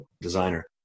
designer